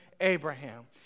Abraham